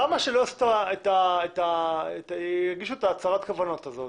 למה שלא יגישו את הצהרת הכוונות הזאת